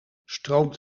stroomt